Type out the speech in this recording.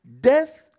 Death